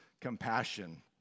compassion